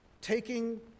taking